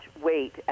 weight